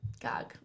gag